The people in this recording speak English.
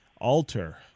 alter